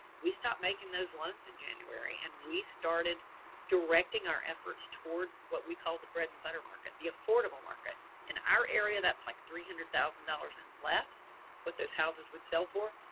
we stop making those loans in january and we started directing our efforts toward what we call the bread and butter market, the affordable market in our area. that's like three hundred thousand dollars in less what those houses would sell for,